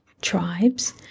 tribes